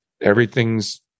Everything's